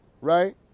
right